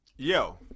Yo